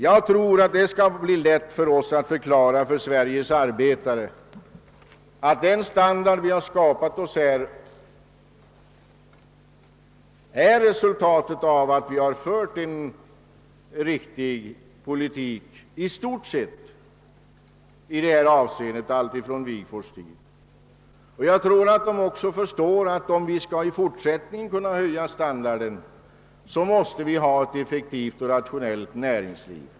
Jag tror att det kommer att bli lätt för oss att förklara för Sveriges arbetare att den standard vi skapat är resultatet av att vi fört en riktig politik, i stort sett, i detta avseende allt sedan Wigforss” tid. De kommer säkerligen också att förstå att vi måste ha ett effektivt och rationellt näringsliv, om vi i fortsättningen skall kunna höja standarden.